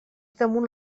damunt